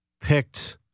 picked